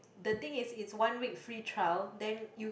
the thing is it's one week free trial then you